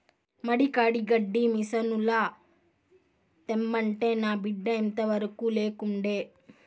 మడి కాడి గడ్డి మిసనుల తెమ్మంటే నా బిడ్డ ఇంతవరకూ లేకుండే